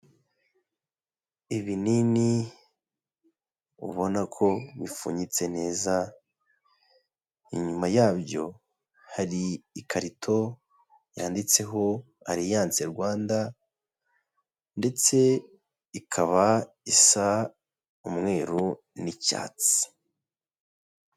Ibinini ubona ko bipfunyitse neza, inyuma yabyo hari ikarito yanditseho Alliane Rwanda ndetse ikaba isa umweru n'icyatsi.